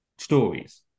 stories